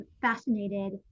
fascinated